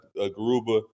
Garuba